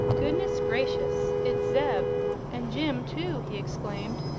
goodness gracious! it's zeb and jim, too! he exclaimed.